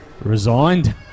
resigned